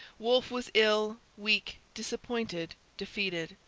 wolfe was ill, weak, disappointed, defeated.